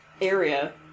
area